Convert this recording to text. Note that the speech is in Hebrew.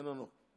איננו,